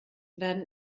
werden